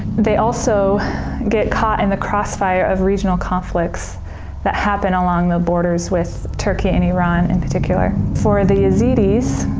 they also get caught in and the crossfire of regional conflicts that happen along the borders with turkey and iran in particular. for the yazidis,